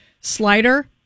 Slider